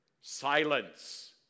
Silence